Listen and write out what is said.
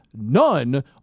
none